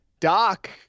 Doc